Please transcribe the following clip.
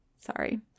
Sorry